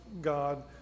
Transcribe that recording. God